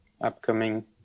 upcoming